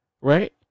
Right